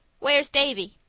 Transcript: where's davy?